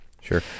Sure